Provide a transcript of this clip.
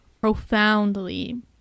profoundly